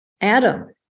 Adam